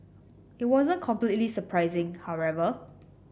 it wasn't completely surprising however